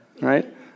right